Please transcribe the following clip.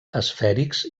esfèrics